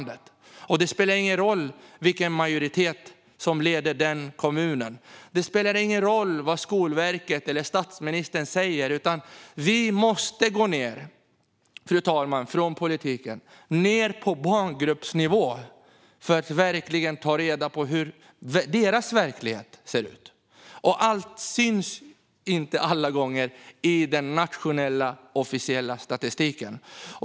Det spelar ingen roll vilken majoritet som leder just den kommunen, och det spelar ingen roll vad Skolverket och statsministern säger - vi från politiken måste gå ned på barngruppsnivå för att verkligen ta reda på hur deras verklighet ser ut. Allt syns inte alla gånger i den nationella officiella statistiken.